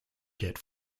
get